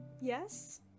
Yes